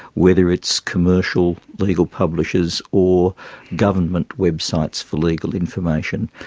whether its commercial, legal publishers or government websites for legal information.